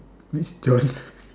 which genre